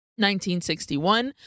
1961